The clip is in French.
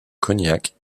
cognac